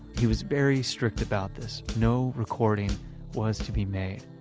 he was very strict about this. no recording was to be made.